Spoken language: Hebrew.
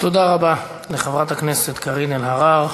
תודה רבה לחברת הכנסת קארין אלהרר.